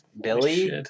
Billy